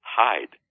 hide